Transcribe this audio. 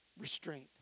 Restraint